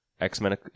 X-Men